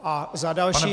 A za další